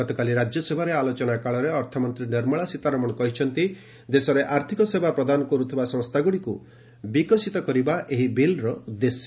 ଗତକାଲି ରାଜ୍ୟସଭାରେ ଆଲୋଚନାକାଳରେ ଅର୍ଥମନ୍ତ୍ରୀ ନିର୍ମଳା ସୀତାରମଣ କହିଛନ୍ତି ଦେଶରେ ଆର୍ଥିକ ସେବା ପ୍ରଦାନ କରୁଥିବା ସଂସ୍ଥାଗୁଡ଼ିକୁ ବିକଶିତ କରିବା ଏହି ବିଲ୍ର ଉଦ୍ଦେଶ୍ୟ